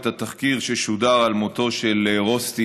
את התחקיר ששודר על מותו של רוסטיס,